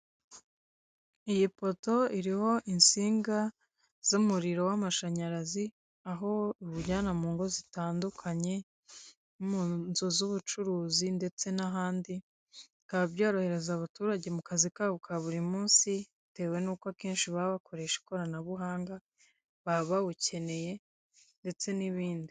Iyi poto iriho insinga z'umuriro w'amashanyarazi aho ruwujyana mu ngo zitandukanye mu nzu z'ubucuruzi ndetse n'ahandi, bikaba byorohereza abaturage mu kazi kabo ka buri munsi bitewe n'uko akenshi baba bakoresha ikoranabuhanga baba bawukeneye ndetse n'ibindi.